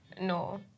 No